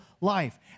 life